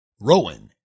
Rowan